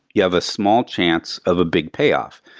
you have a small chance of a big payoff.